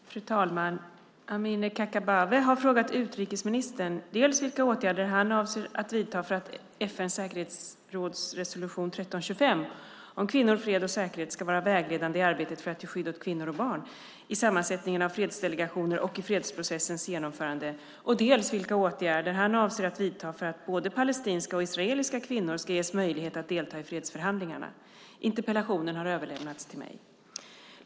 Fru talman! Amineh Kakabaveh har frågat utrikesministern dels vilka åtgärder han avser att vidta för att FN:s säkerhetsrådsresolution 1325 om kvinnor, fred och säkerhet ska vara vägledande i arbetet för att ge skydd åt kvinnor och barn i sammansättningen av fredsdelegationer och i fredsprocessens genomförande, dels vilka åtgärder han avser att vidta för att både palestinska och israeliska kvinnor ska ges möjlighet att delta i fredsförhandlingarna. Interpellationen har överlämnats till mig.